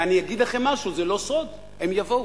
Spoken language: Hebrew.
ואני אגיד לכם משהו, זה לא סוד: הם יבואו,